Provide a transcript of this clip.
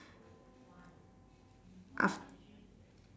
af~